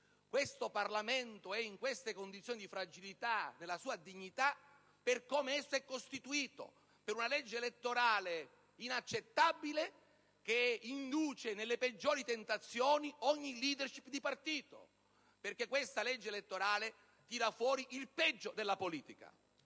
Il Parlamento è in queste condizioni di fragilità, nella sua dignità, per come esso è costituito, per una legge elettorale inaccettabile, che induce nelle peggiori tentazioni ogni *leadership* di partito. L'attuale legge elettorale, infatti, tira fuori il peggio della politica: